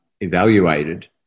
evaluated